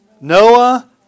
Noah